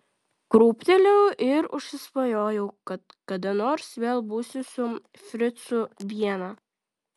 krūptelėjau ir užsisvajojau kad kada nors vėl būsiu su fricu viena